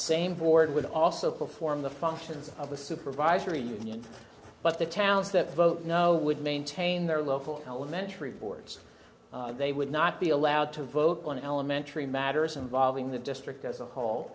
same board would also perform the functions of the supervisory union but the towns that vote no would maintain their local elementary boards they would not be allowed to vote on elementary matters involving the district as a whole